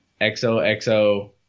xoxo